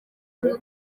nuko